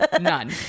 None